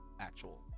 actual